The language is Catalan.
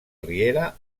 riera